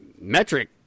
metric